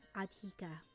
adhika